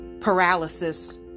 Paralysis